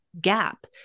gap